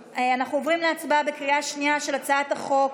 עוברים להצבעה בקריאה שנייה על הצעת חוק